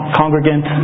congregant